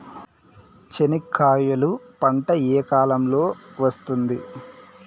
చెనక్కాయలు పంట ఏ కాలము లో వస్తుంది